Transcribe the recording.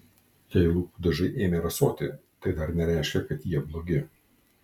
jei lūpų dažai ėmė rasoti tai dar nereiškia kad jie blogi